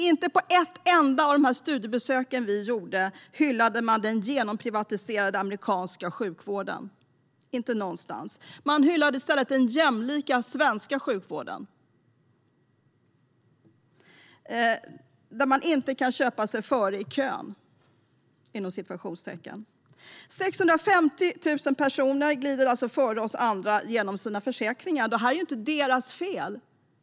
Inte på ett enda av de studiebesök som vi gjorde hyllade man den genomprivatiserade amerikanska sjukvården, inte någonstans. I stället hyllade man den jämlika svenska sjukvården där man inte kan köpa sig före i kön. Genom sina försäkringar glider 650 000 personer före oss andra. Det är inte deras fel.